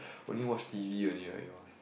only watch t_v only like he was